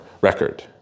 record